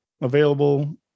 available